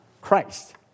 Christ